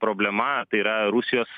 problema tai yra rusijos